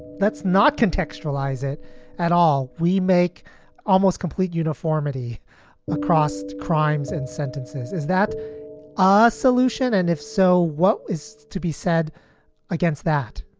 let's not contextualize it at all. we make almost complete uniformity across crimes and sentences. is that a solution? and if so, what is to be said against that?